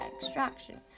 extraction